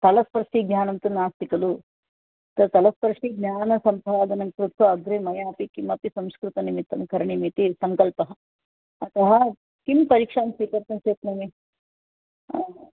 तलस्पर्शी ज्ञानं तु नास्ति खलु तलस्पर्शी ज्ञानसम्पादनं कृत्वा अग्रे मयापि किमपि संस्कृतनिमित्तं करणीयम् इति सङ्कल्पः अतः किं परीक्षां स्वीकर्तुं शक्नोमि